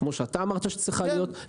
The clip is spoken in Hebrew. כפי שאתה אמרת שצריכה להיות.